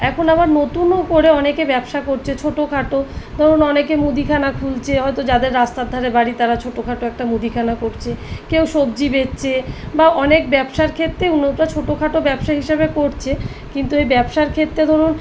এখন আবার নতুনও করে অনেকে ব্যবসা করছে ছোটোখাটো ধরুন অনেকে মুদিখানা খুলছে হয়তো যাদের রাস্তার ধারে বাড়ি তারা ছোটোখাটো একটা মুদিখানা করছে কেউ সবজি বেচছে বা অনেক ব্যবসার ক্ষেত্রে ছোটোখাটো ব্যবসা হিসাবে করছে কিন্তু এই ব্যবসার ক্ষেত্রে ধরুন